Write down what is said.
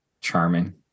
Charming